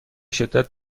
شدت